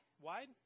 wide